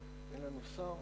אין לנו שר?